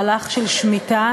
מהלך של שמיטה,